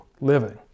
living